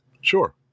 sure